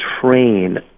train